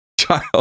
child